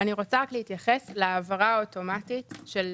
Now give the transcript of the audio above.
רוצה להתייחס להעברה האוטומטית של